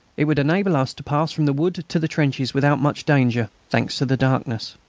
it would enable us to pass from the wood to the trenches without much danger, thanks to the darkness.